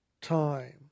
time